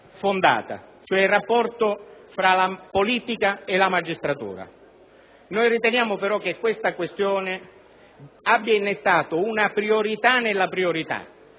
fondata, vale a dire il rapporto tra la politica e la magistratura. Noi riteniamo, però, che tale questione abbia innestato una priorità nella priorità: